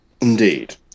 Indeed